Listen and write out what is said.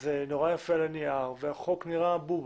זה נורא יפה על הנייר והחוק נראה בובה,